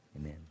amen